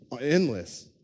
endless